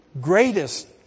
greatest